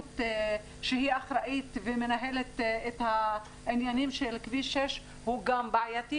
שהיא אחראית ומנהלת את העניינים של כביש 6 הוא גם בעייתי,